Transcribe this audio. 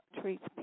treats